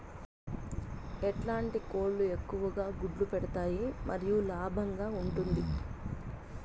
ఎట్లాంటి కోళ్ళు ఎక్కువగా గుడ్లు పెడతాయి మరియు లాభంగా ఉంటుంది?